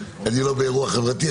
אני לא באירוע חברתי,